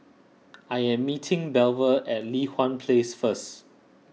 I am meeting Belva at Li Hwan Place first